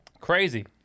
Crazy